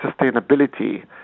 sustainability